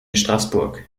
straßburg